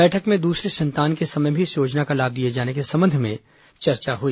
बैठक में दूसरे संतान के समय भी इस योजना का लाभ दिए जाने के संबंध में चर्चा हुई